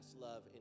love